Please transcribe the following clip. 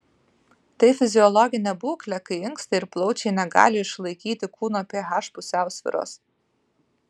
tai fiziologinė būklė kai inkstai ir plaučiai negali išlaikyti kūno ph pusiausvyros